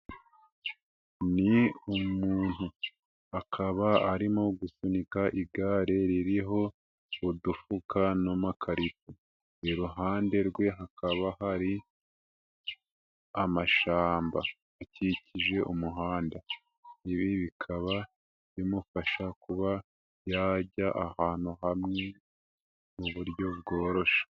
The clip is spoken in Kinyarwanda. Ni umuntu akaba arimo gusunika igare ririho udufuka n'amakarito, iruhande rwe hakaba hari amashyamba bikikije umuhanda, ibi bikaba bimufasha kuba yajya ahantu hamwe mu buryo bworoshye.